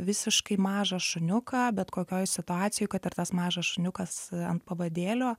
visiškai mažą šuniuką bet kokioj situacijoj kad ir tas mažas šuniukas ant pavadėlio